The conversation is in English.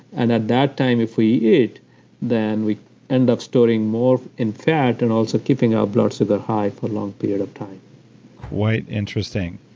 and at that time if we ate then we end up storing more in fat and also keeping our blood sugar high for long period of time quite interesting.